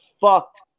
fucked